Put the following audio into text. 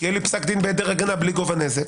יהיה לי פסק דין בהיעדר הגנה בלי גובה נזק,